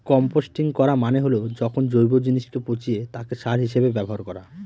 composting করা মানে হল যখন জৈব জিনিসকে পচিয়ে তাকে সার হিসেবে ব্যবহার করা